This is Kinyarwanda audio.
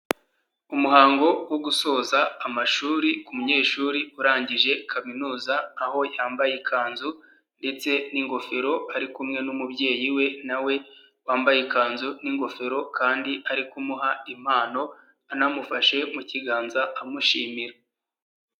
Umuhango wo gusoza amashuri ku munyeshuri urangije kaminuza, aho yambaye ikanzu ndetse n'ingofero, ari kumwe n'umubyeyi we nawe wambaye ikanzu n'ingofero kandi ari kumuha impano anamufashe mu kiganza amushimira.